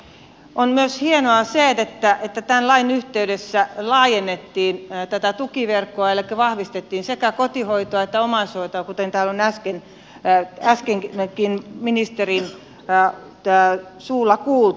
on myös hienoa se että tämän lain yhteydessä laajennettiin tätä tukiverkkoa elikkä vahvistettiin sekä kotihoitoa että omaishoitoa kuten täällä on äskenkin ministerin suulla kuultu